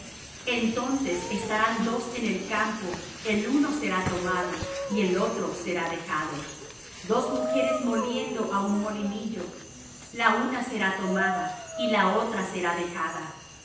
entonces estarán dos en el campo el uno será tomado y el otro será dejado dos mujeres moliendo á un molinillo la una será tomada y la otra será dejada